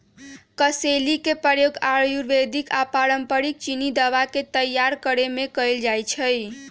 कसेली के प्रयोग आयुर्वेदिक आऽ पारंपरिक चीनी दवा के तइयार करेमे कएल जाइ छइ